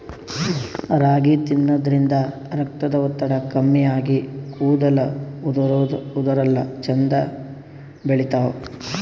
ರಾಗಿ ತಿನ್ನದ್ರಿನ್ದ ರಕ್ತದ್ ಒತ್ತಡ ಕಮ್ಮಿ ಆಗಿ ಕೂದಲ ಉದರಲ್ಲಾ ಛಂದ್ ಬೆಳಿತಾವ್